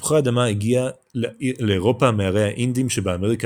תפוח האדמה הגיע לאירופה מהרי האנדים שבאמריקה